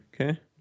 okay